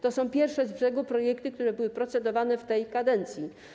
To są pierwsze z brzegu projekty, które były procedowane w tej kadencji.